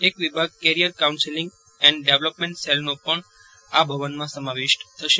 એક વિભાગ career counselling and development સેલનો પણ આ ભવનમાં સમાવિષ્ટ થશે